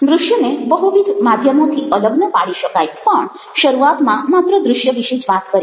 દૃશ્યને બહુવિધ માધ્યમોથી અલગ ન પાડી શકાય પણ શરૂઆતમાં માત્ર દૃશ્ય વિશે જ વાત કરીશ